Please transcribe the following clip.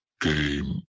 Game